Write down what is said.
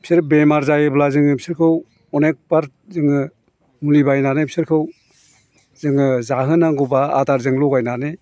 बिसोर बेमार जायोब्ला जोङो बिसोरखौ अनेकबार जोङो मुलि बायनानै बिसोरखौ जोङो जाहोनांगौ बा आदारजों लगायनानै